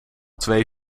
twee